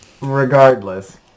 regardless